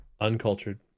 Uncultured